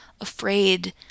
afraid